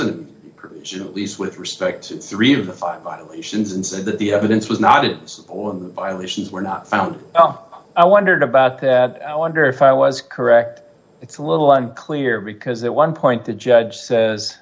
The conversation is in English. soon at least with respect to three of the five violations and said that the evidence was not admissible in the violations were not found i wondered about that i wonder if i was correct it's a little unclear because that one point the judge says